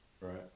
Right